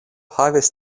havis